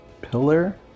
pillar